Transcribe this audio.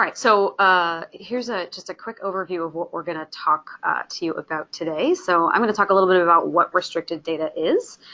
so ah here's a just a quick overview of what we're going to talk to you about today. so i'm going to talk a little bit about what restricted data is,